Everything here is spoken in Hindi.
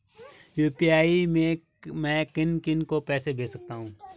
यु.पी.आई से मैं किन किन को पैसे भेज सकता हूँ?